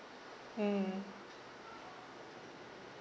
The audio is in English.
mm